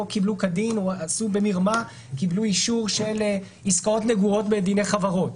במרמה אישור לעסקאות -- -בדיני חברות.